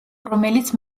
რომელიც